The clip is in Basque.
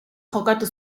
jokatu